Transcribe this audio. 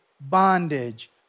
bondage